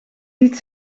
liet